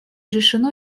решено